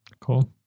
cool